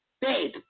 babe